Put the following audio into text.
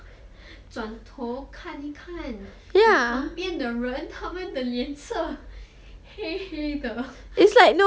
转头看一看你旁边的人他们的脸色黑黑的